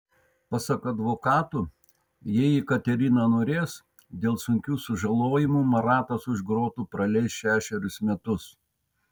pasak advokatų jei jekaterina norės dėl sunkių sužalojimų maratas už grotų praleis šešerius metus